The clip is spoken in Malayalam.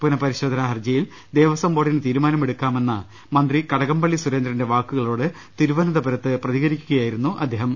പുനഃപരിശോധനാ ഹർജിയിൽ ദേവസ്വം ബോർഡിന് തീരു മാനമെടുക്കാമെന്ന മന്ത്രി കടകംപള്ളി സുരേന്ദ്രന്റെ വാക്കുകളോട് തിരുവ നന്തപുരത്ത് പ്രതികരിക്കുകയായിരുന്നു അദ്ദേഹം